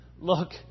Look